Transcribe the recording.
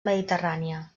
mediterrània